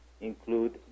include